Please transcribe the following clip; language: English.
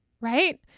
Right